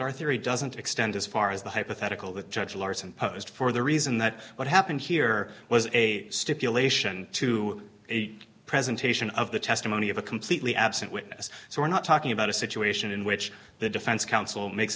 our theory doesn't extend as far as the hypothetical that judge larson posed for the reason that what happened here was a stipulation to a presentation of the testimony of a completely absent witness so we're not talking about a situation in which the defense counsel makes